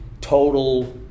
total